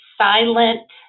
silent